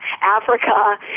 Africa